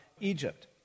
Egypt